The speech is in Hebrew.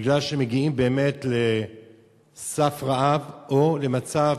בגלל שמגיעים באמת לסף רעב או למצב